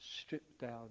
stripped-down